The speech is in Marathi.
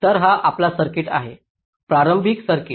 तर हा आपला सर्किट आहे प्रारंभिक सर्किट